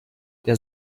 der